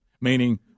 Meaning